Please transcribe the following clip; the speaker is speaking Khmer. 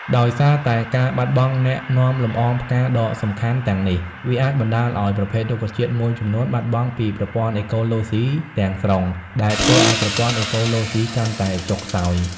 ដោយសារតែការបាត់បង់អ្នកនាំលំអងផ្កាដ៏សំខាន់ទាំងនេះ វាអាចបណ្តាលឲ្យប្រភេទរុក្ខជាតិមួយចំនួនបាត់បង់ពីប្រព័ន្ធអេកូឡូស៊ីទាំងស្រុង ដែលធ្វើឲ្យប្រព័ន្ធអេកូឡូស៊ីកាន់តែចុះខ្សោយ។